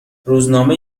روزنامه